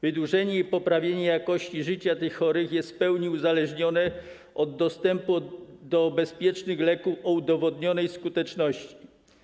Wydłużenie i poprawienie jakości życia tych chorych jest w pełni uzależnione od dostępu do bezpiecznych leków o udowodnionej skuteczności.